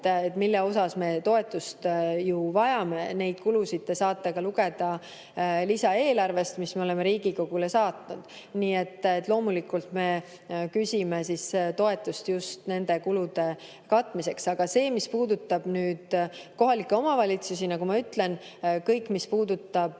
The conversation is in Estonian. mille osas me toetust vajame. Neid kulusid te saate lugeda ka lisaeelarvest, mis me oleme Riigikogule saatnud. Nii et loomulikult me küsime toetust just nende kulude katmiseks. Aga mis puudutab kohalikke omavalitsusi, nagu ma ütlen, kõik, mis puudutab